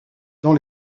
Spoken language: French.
dans